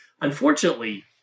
Unfortunately